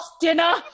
dinner